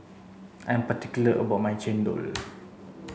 I'm particular about my Chendol